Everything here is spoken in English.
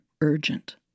urgent